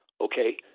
Okay